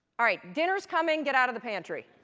alright, dinner is coming, get out of the pantry.